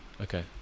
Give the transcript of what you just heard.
Okay